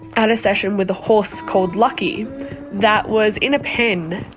and a session with a horse called lucky that was in a pen,